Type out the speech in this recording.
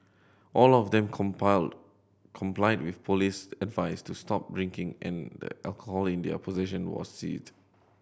all of them complied with police advice to stop drinking and the alcohol in their possession was seized